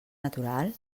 natural